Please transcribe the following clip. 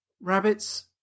rabbits